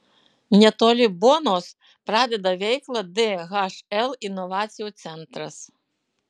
netoli bonos pradeda veiklą dhl inovacijų centras